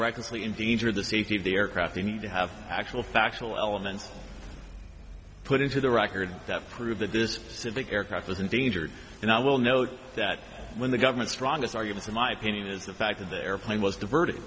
recklessly endangered the safety of the aircraft the need to have actual factual elements put into the record that prove that this civic aircraft was endangered and i will note that when the government strongest argument in my opinion is the fact that the airplane was diverted